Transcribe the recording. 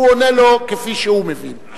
והוא עונה לו כפי שהוא מבין.